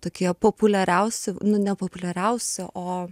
tokie populiariausi nu nepopuliariausia o